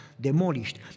demolished